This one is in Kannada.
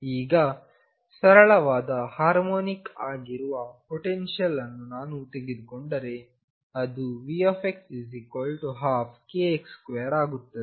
ಈಗ ಸರಳವಾದ ಹಾರ್ಮೋನಿಕ್ ಆಗಿರುವ ಪೊಟೆನ್ಶಿಯಲ್ ಅನ್ನು ನಾನು ತೆಗೆದುಕೊಂಡರೆ ಅದು Vx12kx2ಆಗುತ್ತದೆ